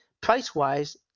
price-wise